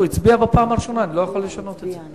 הוא הצביע בפעם הראשונה, אני לא יכול לשנות את זה.